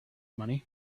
money